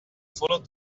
followed